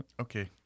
Okay